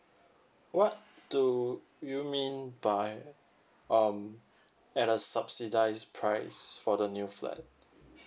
what do you mean you by um at a subsidize price for the new flat